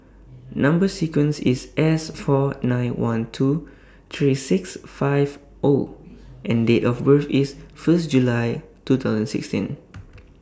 Number sequence IS S four nine one two three six five O and Date of birth IS First July two thousand sixteen